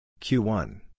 Q1